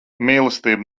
mīlestība